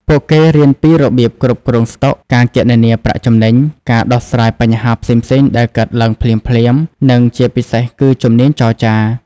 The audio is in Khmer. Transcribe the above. ពួកគេរៀនពីរបៀបគ្រប់គ្រងស្តុក ការគណនាប្រាក់ចំណេញ ការដោះស្រាយបញ្ហាផ្សេងៗដែលកើតឡើងភ្លាមៗ និងជាពិសេសគឺជំនាញចរចា។